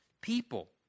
people